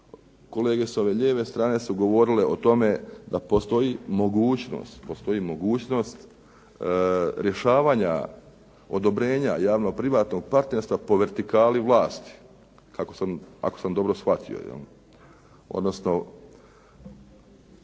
kolege s ove lijeve strane su govorile o tome da postoji mogućnost, postoji mogućnost rješavanja odobrenja javno-privatnog partnerstva po vertikali vlasti ako sam dobro shvatio,